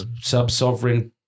sub-sovereign